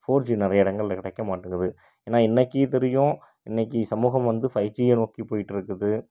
four G நிறைய இடங்களில் கிடைக்க மாட்டேங்குது ஏனால் இன்றைக்கி தெரியும் இன்றைக்கி சமூகம் வந்து ஃபை ஜியை நோக்கி போயிகிட்ருக்குது